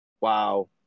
Wow